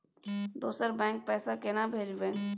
दोसर बैंक पैसा केना भेजबै?